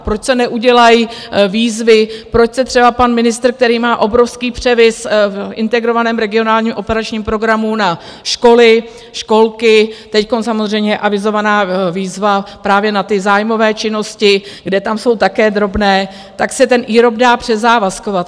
Proč se neudělají výzvy, proč se třeba pan ministr, který má obrovský převis v Integrovaném regionálním operačním programu na školy, školky, teď je samozřejmě avizovaná výzva právě na ty zájmové činnosti, kde tam jsou také drobné, tak se ten IROP dá předzávazkovat.